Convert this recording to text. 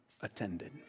attended